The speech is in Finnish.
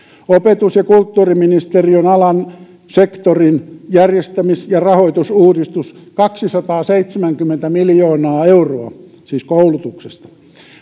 opetus ja kulttuuriministeriön alan sektorin järjestämis ja rahoitusuudistus kaksisataaseitsemänkymmentä miljoonaa euroa siis koulutuksesta